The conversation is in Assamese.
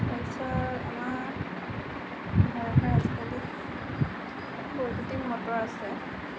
তাৰপিছত আমাৰ ঘৰে ঘৰে আজিকালি বৈদ্যুতিক মটৰ আছে